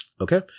Okay